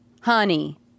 honey